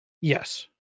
yes